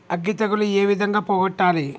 అగ్గి తెగులు ఏ విధంగా పోగొట్టాలి?